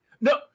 no